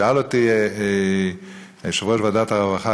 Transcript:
שאל אותי יושב-ראש ועדת הרווחה,